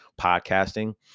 podcasting